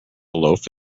loaf